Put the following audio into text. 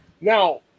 Now